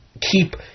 keep